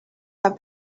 have